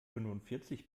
fünfundvierzig